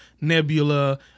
Nebula